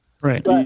Right